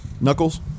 Knuckles